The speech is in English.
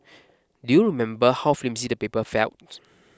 do you remember how flimsy the paper felt